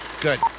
Good